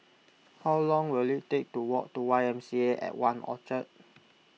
how long will it take to walk to Y M C A at one Orchard